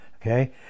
okay